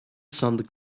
sandık